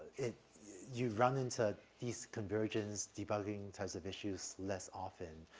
it you run into these convergence debugging types of issues less often.